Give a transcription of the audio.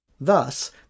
Thus